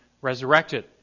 resurrected